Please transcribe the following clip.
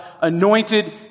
anointed